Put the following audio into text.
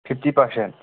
fifty percent